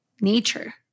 nature